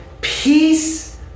peace